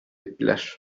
ettiler